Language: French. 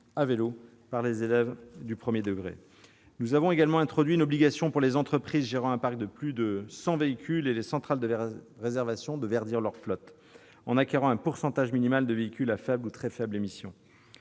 à vélo pour les élèves du premier degré. Nous avons également instauré une obligation pour les entreprises gérant un parc de plus de cent véhicules et les centrales de réservation de verdir leurs flottes en acquérant un pourcentage minimal de véhicules à faibles ou très faibles émissions.